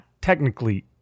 technically